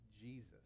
Jesus